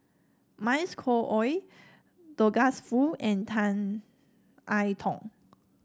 Mavis Khoo Oei Douglas Foo and Tan I Tong